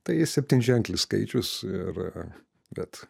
tai septynženklis skaičius ir bet